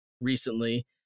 recently